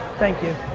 thank you.